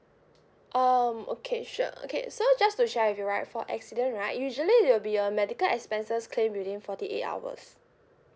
um okay sure okay so just to share with you right for accident right usually there will be a medical expenses claim within forty eight hours